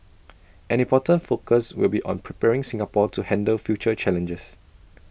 an important focus will be on preparing Singapore to handle future challenges